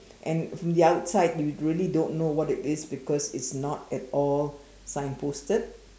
and from the outside you really don't know what it is because it's not at all signposted